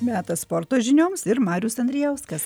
metas sporto žinioms ir marius andrijauskas